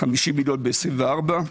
מיליון ב-24'